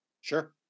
Sure